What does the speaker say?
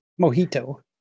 Mojito